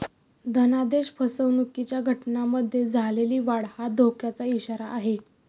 धनादेश फसवणुकीच्या घटनांमध्ये झालेली वाढ हा धोक्याचा इशारा आहे